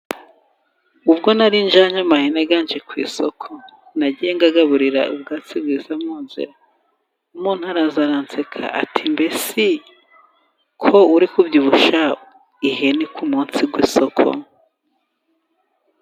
Ubwo nari njyanye ihene ku isoko, nagendaga nyagaburira ubwatsi bwiza. Umuntu araza aranseka ati: "Mbese ko uri kubyibushya ihene ku munsi w'isoko"?